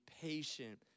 patient